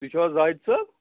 تُہۍ چھُو حظ زاہد صٲب